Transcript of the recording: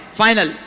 final